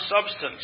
substance